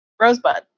rosebud